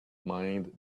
mind